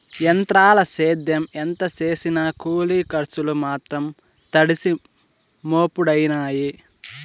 ఎంత్రాల సేద్యం ఎంత సేసినా కూలి కర్సులు మాత్రం తడిసి మోపుడయినాయి